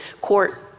court